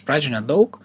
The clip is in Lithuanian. pradžių nedaug